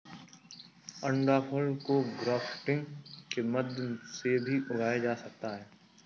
अंडाफल को ग्राफ्टिंग के माध्यम से भी उगाया जा सकता है